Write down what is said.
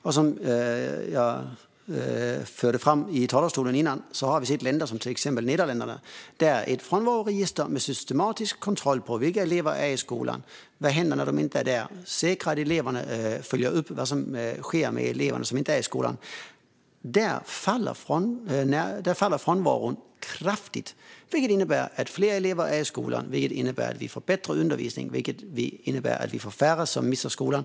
Som jag framförde i talarstolen tidigare har vi sett att i länder, exempelvis Nederländerna, med ett frånvaroregister med systematisk kontroll på vilka elever som är i skolan och vad som händer när de inte är där, som säkrar eleverna och följer upp vad som sker med dem som inte är i skolan, faller frånvaron kraftigt. Det innebär att fler elever är i skolan, vilket innebär att vi får bättre undervisning, vilket innebär att vi får färre som misslyckas i skolan.